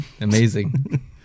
amazing